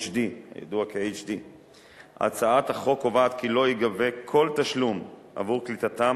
HD. הצעת החוק קובעת כי לא ייגבה כל תשלום עבור קליטתם